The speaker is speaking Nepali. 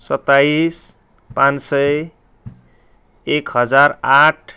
सताइस पाँच सय एक हजार आठ